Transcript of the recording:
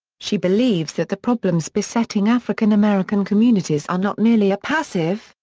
she believes that the problems besetting african american communities are not merely a passive,